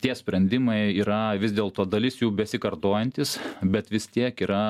tie sprendimai yra vis dėlto dalis jų besikartojantys bet vis tiek yra